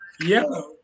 yellow